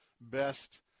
best